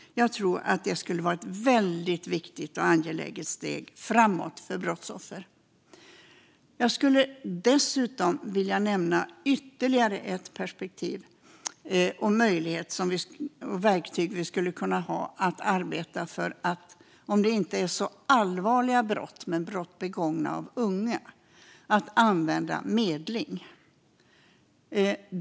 Jag tror att detta skulle vara ett viktigt och angeläget steg framåt för brottsoffer. Jag vill nämna ytterligare ett perspektiv, en möjlighet och ett verktyg som vi skulle kunna använda när brotten inte är så allvarliga men har begåtts av unga, nämligen medling.